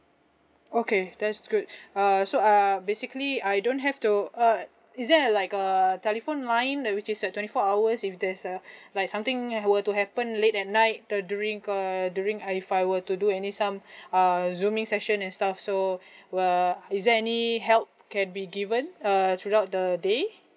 okay that's good uh so uh basically I don't have to uh is there a like a telephone line that which is at twenty four hours if there's uh like something were to happen late at night uh during err during I if I were to do any some err zooming session and stuff so err is there any help can be given err throughout the day